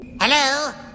Hello